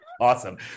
awesome